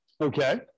okay